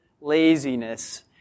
laziness